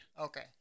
Okay